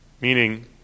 Meaning